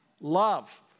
love